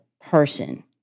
person